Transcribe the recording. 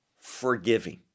forgiving